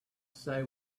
say